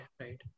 right